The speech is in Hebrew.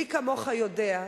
מי כמוך יודע,